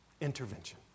Intervention